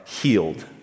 healed